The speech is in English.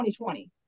2020